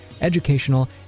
educational